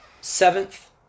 seventh